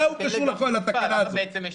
מה הוא קשור לתקנה הזאת?